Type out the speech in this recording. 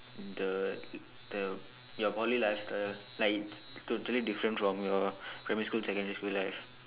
the the your Poly lifestyle like it's totally different from your primary school secondary school life